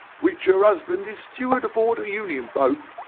which her husband is steward aboard a union boat,